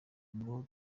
ngo